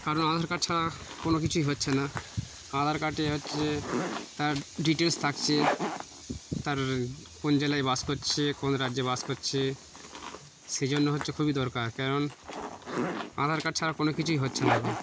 কারণ আধার কার্ড ছাড়া কোনো কিছুই হচ্ছে না আধার কার্ডে হচ্ছে তার ডিটেলস থাকছে তার কোন জেলায় বাস করছে কোন রাজ্যে বাস করছে সেই জন্য হচ্ছে খুবই দরকার কারণ আধার কার্ড ছাড়া কোনো কিছুই হচ্ছে না এখন